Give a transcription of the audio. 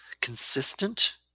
consistent